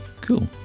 cool